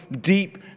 deep